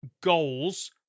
goals